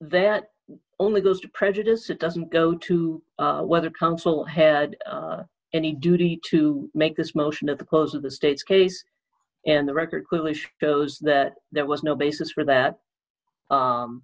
that only goes to prejudice it doesn't go to whether counsel had any duty to make this motion at the close of the state's case and the record clearly shows that there was no basis for that